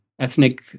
ethnic